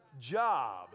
job